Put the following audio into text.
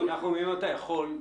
אם אתה יכול,